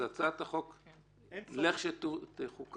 כך שיכול